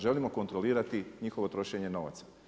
Želimo kontrolirati njihovo trošenje novaca.